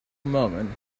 moment